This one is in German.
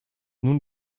nun